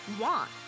want